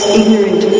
ignorant